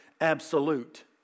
absolute